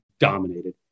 dominated